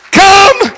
come